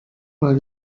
mal